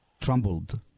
trembled